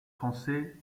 français